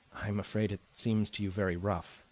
i am afraid it seems to you very rough,